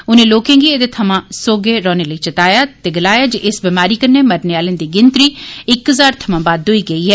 उनें लोकें गी एदे थमां सौहगे रौहने लेई चैताया ते गलाया जे इस बमारी कन्नै मरने आलें दी गिनतरी इक हजार थ्वां बद्ध होई गेई ऐ